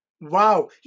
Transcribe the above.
Wow